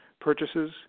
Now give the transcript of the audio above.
purchases